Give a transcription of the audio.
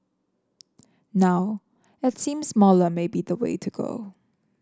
now it seems smaller may be the way to go